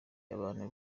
abantu